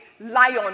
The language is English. lion